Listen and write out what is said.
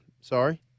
Sorry